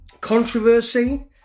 *Controversy*